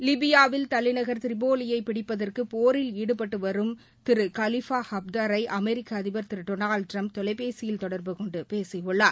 லிபியாவில் தலைநகர் திரிபோலியை பிடிப்பதற்கு போரில் ஈடுபட்டு வரும் திரு காலிஃபா ஹட்தாரை அமெரிக்க அதிபர் திரு டொனாவ்டு டிரம்ப் தொலைபேசியில் தொடர்புகொண்டு பேசியுள்ளார்